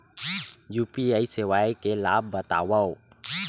UPI सेवाएं के लाभ बतावव?